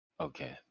Okay